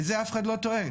את זה אף אחד לא טוען.